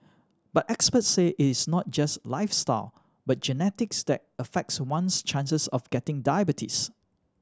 but experts say it is not just lifestyle but genetics that affects one's chances of getting diabetes